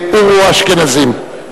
עורו האשכנזים.